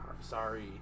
sorry